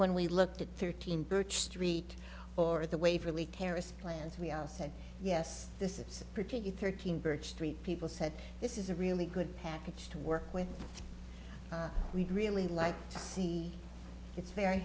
when we looked at thirteen birch street or the waverly terrorist plans we all said yes this is pretty thirteen birch tree people said this is a really good package to work with we'd really like to see it's very